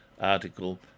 article